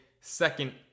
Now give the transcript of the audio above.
second